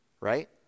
right